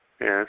Yes